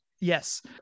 yes